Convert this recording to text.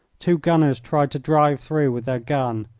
two gunners tried to drive through with their gun.